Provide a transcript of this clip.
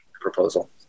Proposal